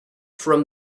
from